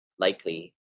likely